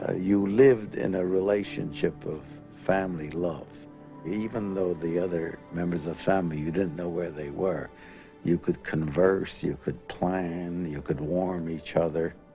ah you lived in a relationship of family love even though the other members of family you didn't know where they were you could converse you could plan you could warm each other